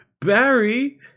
Barry